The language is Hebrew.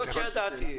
לא שלא ידעתי.